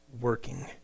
working